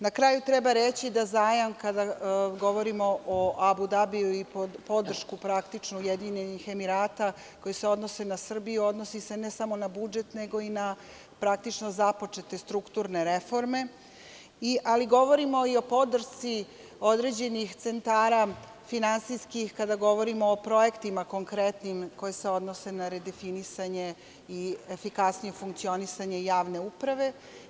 Na kraju treba reći da zajam, da kada govorimo o Abu Dabiju i podršku Ujedinjenih Emirata koje se odnose na Srbiju, odnosi se ne samo na budžet nego i na započete strukturne reforme, ali govorimo i o podršci određenih centara finansijskih, kada govorim o projektima konkretnim koji se odnose na redefinisanje i efikasnije funkcionisanje javne uprave.